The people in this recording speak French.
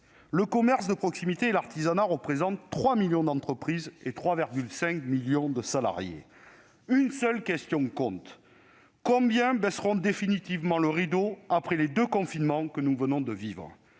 le commerce de proximité et l'artisanat représentent 3 millions d'entreprises et 3,5 millions de salariés. Une seule question compte : combien d'entre elles baisseront définitivement le rideau après les deux confinements que nous venons de vivre ?